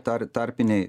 tar tarpiniai